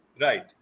right